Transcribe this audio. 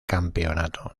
campeonato